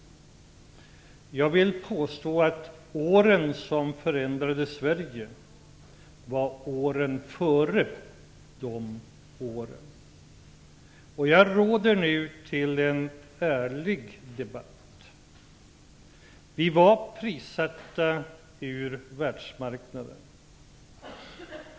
Jag vill påstå att åren som förändrade Sverige var åren som var före dessa tre år. Jag råder nu till en ärlig debatt. Vi var prissatta ur världsmarknaden.